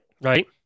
Right